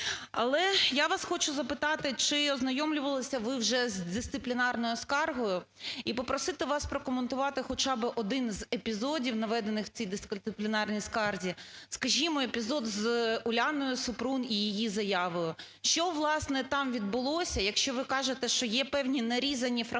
Але я вас хочу запитати, чи ознайомлювалися ви вже із дисциплінарною скаргою? І попросити вас прокоментувати хоча би один з епізодів, наведених в цій дисциплінарній скарзі, скажімо епізод з Уляною Супрун і її заявою, що, власне, там відбулося, якщо ви кажете, що є певні нарізані фрагменти,